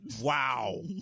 Wow